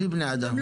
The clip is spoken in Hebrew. לא עם בני אדם.